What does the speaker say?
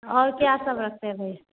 और क्या सब रखते हैं भैया